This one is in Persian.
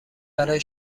برای